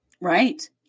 Right